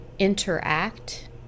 interact